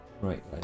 right